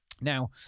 Now